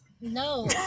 No